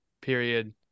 period